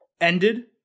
ended